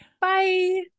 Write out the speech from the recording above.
Bye